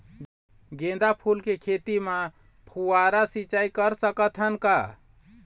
गेंदा फूल के खेती म फव्वारा सिचाई कर सकत हन का?